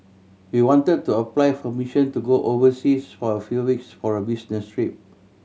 he wanted to apply for permission to go overseas for a few weeks for a business trip